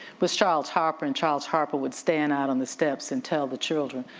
was charles harper and charles harper would stand out on the steps and tell the children,